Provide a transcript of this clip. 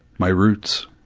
my roots,